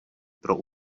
pro